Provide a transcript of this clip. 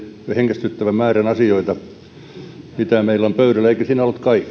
hengästyttävän määrän asioita mitä meillä on pöydällä eivätkä siinä olleet kaikki